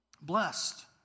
Blessed